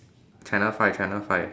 channel five channel five